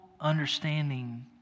understanding